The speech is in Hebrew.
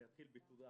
אני אתחיל בתודה,